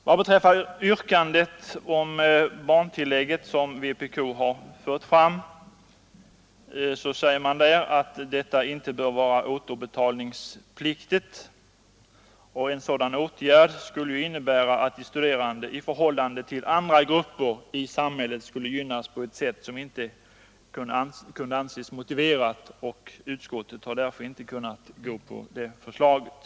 Vpk yrkar att barntillägget inte skall vara återbetalningspliktigt. En sådan åtgärd skulle ju innebära att studerande i förhållande till andra grupper i samhället skulle gynnas på ett sätt som inte kan anses motiverat. Utskottet har därför inte kunnat tillstyrka det förslaget.